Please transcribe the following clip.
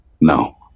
No